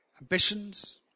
ambitions